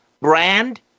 Brand